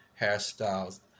hairstyles